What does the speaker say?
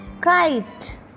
kite